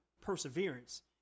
perseverance